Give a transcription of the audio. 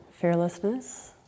fearlessness